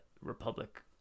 Republic